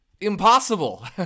impossible